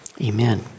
amen